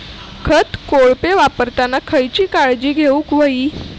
खत कोळपे वापरताना खयची काळजी घेऊक व्हयी?